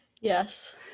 yes